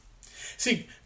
See